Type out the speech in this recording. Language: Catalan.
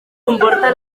comporta